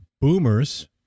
boomers